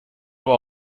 aber